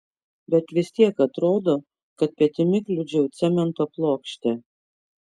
bet vis tiek atrodo kad petimi kliudžiau cemento plokštę